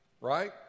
right